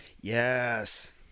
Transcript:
Yes